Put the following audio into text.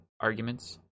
arguments